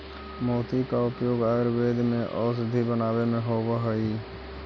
मोती का उपयोग आयुर्वेद में औषधि बनावे में होवअ हई